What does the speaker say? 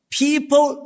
people